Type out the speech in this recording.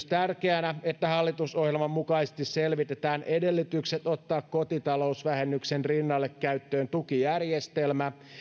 tärkeänä myös sitä että hallitusohjelman mukaisesti selvitetään edellytykset ottaa kotitalousvähennyksen rinnalle käyttöön tukijärjestelmä